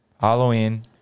Halloween